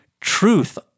truth